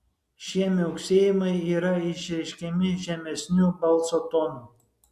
šie miauksėjimai yra išreiškiami žemesniu balso tonu